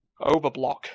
overblock